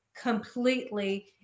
completely